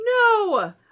no